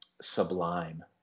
Sublime